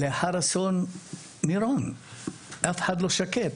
לאחר אסון מירון אף אחד לא שקט.